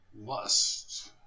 Lust